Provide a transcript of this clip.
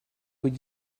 would